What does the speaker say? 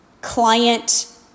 client